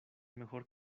mejor